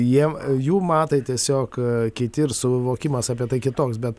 jiem jų matai tiesiog kiti ir suvokimas apie tai kitoks bet